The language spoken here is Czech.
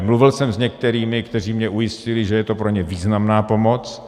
Mluvil jsem s některými, kteří mě ujistili, že je to pro ně významná pomoc.